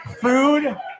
Food